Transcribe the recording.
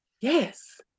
yes